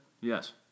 Yes